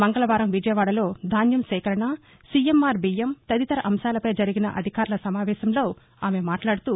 మంగకవారం విజయవాడలో ధాన్యం సేకరణ సి ఎం ఆర్ బియ్యం తదితర అంశాలపై జరిగిన అధికార్ల సమావేశంలో ఆమె మాట్లాడుతూ